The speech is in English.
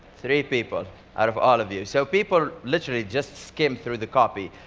three people out of all of you. so people literally just skim through the copy.